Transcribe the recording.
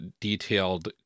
detailed